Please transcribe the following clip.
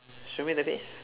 show me the face